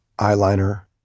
eyeliner